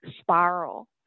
spiral